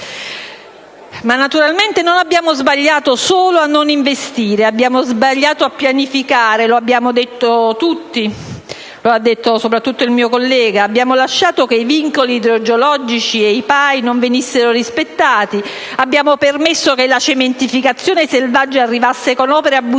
Naturalmente non abbiamo sbagliato solo a non investire, abbiamo sbagliato a pianificare. Lo abbiamo detto tutti, lo ha ricordato soprattutto il mio collega. Abbiamo lasciato che i vincoli idrogeologici e i piani per l'assetto idrogeologico (PAI) non venissero rispettati; abbiamo permesso che la cementificazione selvaggia arrivasse - con opere abusive